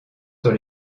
sur